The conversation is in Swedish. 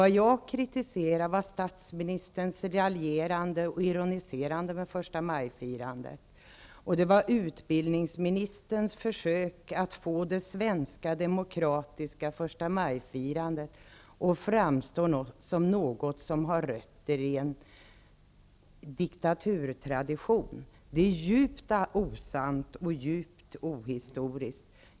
Däremot kritiserar jag statsministerns raljerande och ironiserande över förstamajfirandet och utbildningsministerns försök att få det svenska demokratiska förstamajfirandet att framstå som något som har rötter i en diktaturtradition. Det är djupt osant och ohistoriskt.